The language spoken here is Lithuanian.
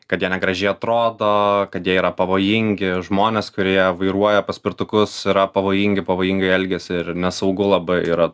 kad jie negražiai atrodo kad jie yra pavojingi žmonės kurie vairuoja paspirtukus yra pavojingi pavojingai elgiasi ir nesaugu labai yra